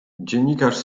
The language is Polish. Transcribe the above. dziennikarz